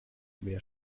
wer